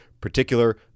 particular